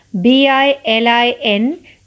B-I-L-I-N